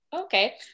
Okay